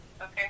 Okay